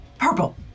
Purple